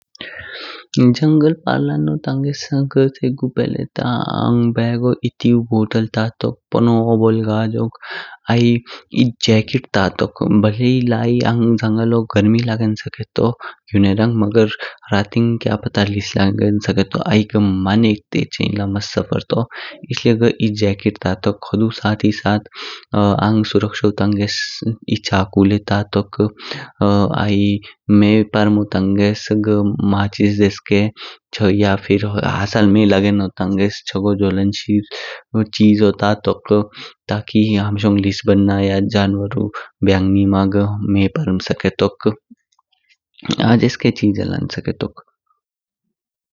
जंगल पार लानो तांगे छ्यिकु पहले ता घ अंग बेगो तेऊ बोतल ता टोक पोनो ओबोल गजोग आइ एध जैकेट तातोक। बले ही लाई अंग जांगलो गर्मी लगेंस्केअतो युनेरान, रातियान क्या पता लिस्स लगेन सकेतो। आइ घ मानक टेक्च्याइन लामास सफ़र तू इसलिये घ ऐध जैकेट तातोक हुड़ू साथ साथ अंग सुरक्षा तांगेस एह चाहकु लय तातोक आइ मी पार्मो तांगेस घ माचिस देशक च्छ या हसल मि लगेनो तांगेस चागो जवालन शीली चिजो तातोक। तकि हमशोग लिस निमा या जन्वारु ब्यांग निमा मी पार्म सकेतोक। हजेसके चिजो लान सकेतोक।